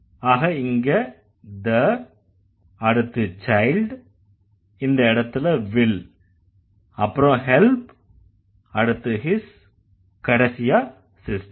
ஆக இங்க the அடுத்து child இந்த இடத்துல will அப்புறம் help அடுத்து his கடைசியா sister